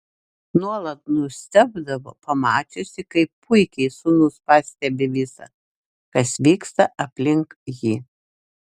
nuolat nustebdavo pamačiusi kaip puikiai sūnus pastebi visa kas vyksta aplink jį